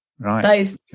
Right